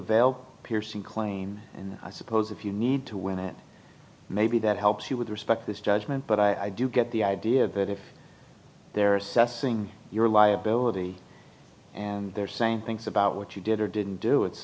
veil piercing claim i suppose if you need to win it maybe that helps you would respect this judgment but i do get the idea that if they're assessing your liability and they're saying things about what you did or didn't do it's